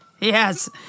yes